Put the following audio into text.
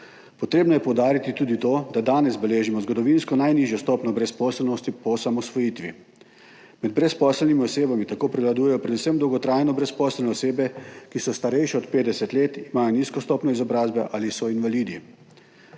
Treba je poudariti tudi to, da danes beležimo zgodovinsko najnižjo stopnjo brezposelnosti po osamosvojitvi. Med brezposelnimi osebami tako prevladujejo predvsem dolgotrajno brezposelne osebe, ki so starejše od 50 let, imajo nizko stopnjo izobrazbe aliso invalidi.